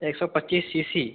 एक सौ पच्चीस सी सी